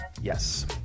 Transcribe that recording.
Yes